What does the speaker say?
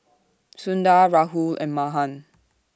Sundar Rahul and Mahan